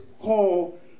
call